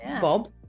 bob